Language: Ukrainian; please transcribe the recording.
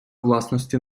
власності